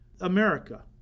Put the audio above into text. America